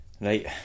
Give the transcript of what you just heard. Right